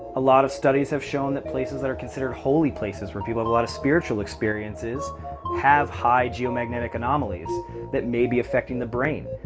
a lot of studies have shown that places that are considered holy places where people have a lot of spiritual experiences have high geomagnetic anomalies that may be effecting the brain.